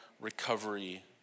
recovery